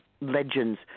legends